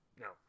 No